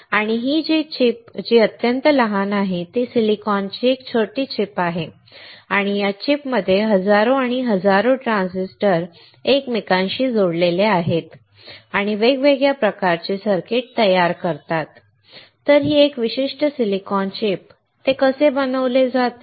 आणि ही चीप जी अत्यंत लहान आहे ती सिलिकॉनची एक छोटी चिप आहे आणि या चिप मध्ये हजारो आणि हजारो ट्रान्झिस्टर एकमेकांशी जोडलेले आहेत आणि वेगवेगळ्या प्रकारचे सर्किट तयार करतात तर ही विशिष्ट सिलिकॉन चिप ते कसे बनवले जाते